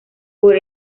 por